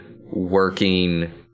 working